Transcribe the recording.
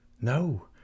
No